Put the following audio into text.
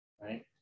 right